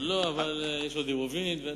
לא, יש עוד עירובין וכו'.